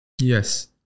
Yes